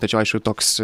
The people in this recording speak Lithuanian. tačiau aišku toks